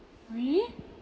really